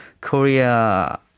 Korea